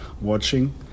watching